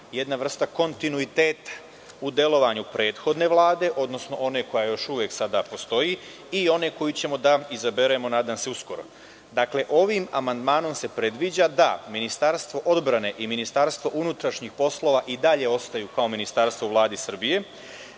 jedna vrsta kontinuiteta u delovanju prethodne Vlade, odnosno one koja je još uvek, koja još uvek postoji i ona koju ćemo, nadam se da izaberemo uskoro. Dakle, ovim amandmanom se predviđa da Ministarstvo odbrane i Ministarstvo unutrašnjih poslova i dalje ostaju kao ministarstva u Vladi Srbije,